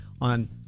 on